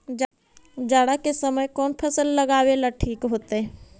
जाड़ा के समय कौन फसल लगावेला ठिक होतइ?